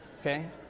okay